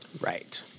Right